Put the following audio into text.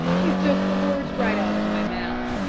you took the words right out of my mouth.